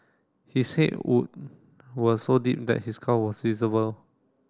his head wound were so deep that his skull was visible